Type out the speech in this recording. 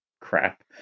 crap